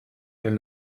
can